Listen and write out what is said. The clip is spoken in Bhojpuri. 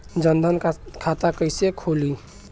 जनधन खाता कइसे खुली?